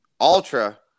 Ultra